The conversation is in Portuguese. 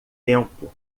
tempo